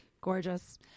Gorgeous